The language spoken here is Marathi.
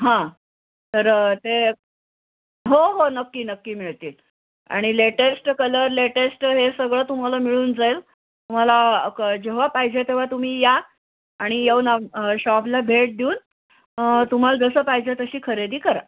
हां तरं ते हो हो नक्की नक्की मिळतील आणि लेटेस्ट कलर लेटेस्ट हे सगळं तुम्हाला मिळून जाईल तुम्हाला क जेव्हा पाहिजे तेव्हा तुम्ही या आणि येऊन शॉपला भेट देऊन तुम्हाला जसं पाहिजे तशी खरेदी करा